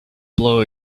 blow